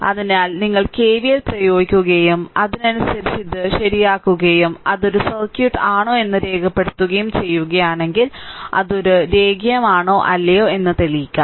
അതിനാൽ ഞങ്ങൾ കെവിഎൽ പ്രയോഗിക്കുകയും അതിനനുസരിച്ച് ഇത് ശരിയാക്കുകയും അത് ഒരു സർക്യൂട്ട് ആണോ എന്ന് രേഖപ്പെടുത്തുകയും ചെയ്യുകയാണെങ്കിൽ അത് ഒരു രേഖീയമാണോ അല്ലയോ എന്ന് തെളിയിക്കുക